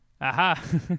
Aha